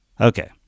Okay